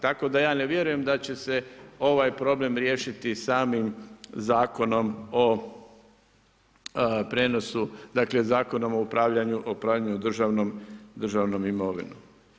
Tako da ja ne vjerujem da će se ovaj problem riješiti samim Zakonom o prijenosu, dakle Zakonom o upravljanju državnom imovinom.